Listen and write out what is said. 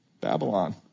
Babylon